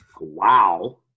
Wow